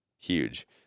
Huge